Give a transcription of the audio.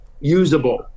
usable